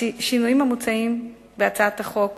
השינויים המוצעים בהצעת החוק